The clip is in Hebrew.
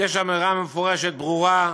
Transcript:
יש אמירה מפורשת ברורה,